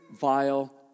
vile